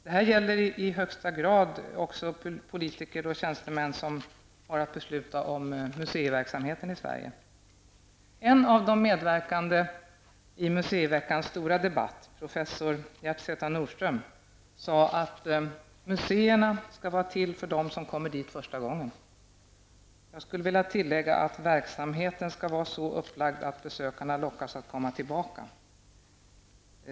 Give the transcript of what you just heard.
Det här gäller i högsta grad också politiker och tjänstemän som har att besluta om museiverksamheten i Sverige. En av de medverkande i museiveckans stora debatt, professor Gert Z Nordström, sade att museerna skall vara till för dem som kommer dit första gången. Jag vill tillägga att verksamheten skall vara så upplagd att besökarna lockas att komma tillbaka.